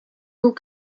hauts